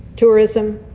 tourism,